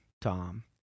Tom